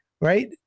right